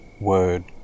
word